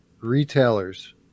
retailers